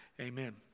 Amen